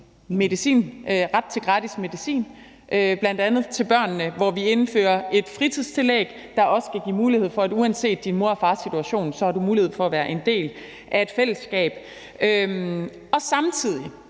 sikre ret til gratis medicin, bl.a. til børnene, og hvor vi indfører et fritidstillæg, der også skal give mulighed for, at uanset din mor og fars situation har du mulighed for at være en del af et fællesskab. Samtidig